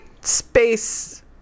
space